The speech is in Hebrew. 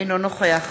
אינו נוכח